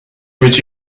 which